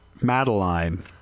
Madeline